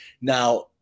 Now